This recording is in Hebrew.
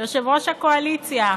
יושב-ראש הקואליציה,